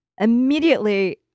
immediately